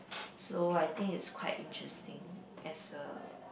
so I think it's quite interesting as a